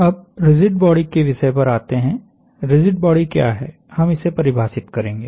अब rigid body के विषय पर आते है रिजिड बॉडी क्या है हम इसे परिभाषित करेंगे